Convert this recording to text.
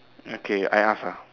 okay I ask ah